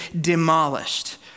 demolished